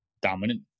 dominant